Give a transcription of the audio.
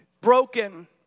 broken